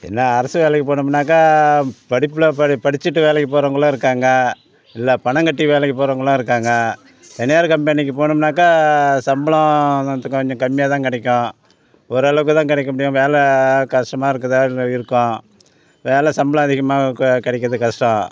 என்ன அரசு வேலைக்கு போனோம்னாக்கா படிப்பில் படி படிச்சுட்டு வேலைக்குப் போகிறவங்களும் இருக்காங்க இல்லை பணம் கட்டி வேலைக்குப் போகிறவங்களும் இருக்காங்க தனியார் கம்பெனிக்கு போனோம்னாக்கா சம்பளம் கொஞ்சம் கொஞ்சம் கம்மியாக தான் கிடைக்கும் ஓரளவுக்கு தான் கிடைக்க முடியும் வேலை கஷ்டமாக இருக்குதா இல்லை இருக்கும் வேலை சம்பளம் அதிகமாக க கிடைக்கிறது கஷ்டம்